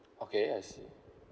okay I see